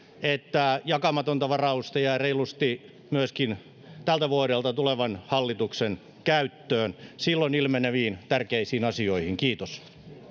että jakamatonta varausta jää reilusti tältä vuodelta myöskin tulevan hallituksen käyttöön silloin ilmeneviin tärkeisiin asioihin kiitos